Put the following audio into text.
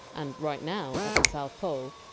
and right now, at the south pole,